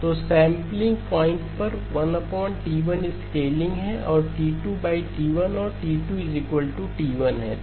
तो sampling point पर 1T1 scaling है और फिर T2T1और T2 T1 है